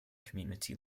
community